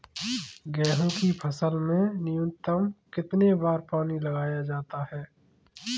गेहूँ की फसल में न्यूनतम कितने बार पानी लगाया जाता है?